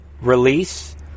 release